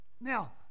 Now